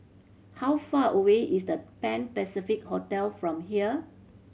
how far away is The Pan Pacific Hotel from here